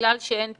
בגלל שאין תיעוד.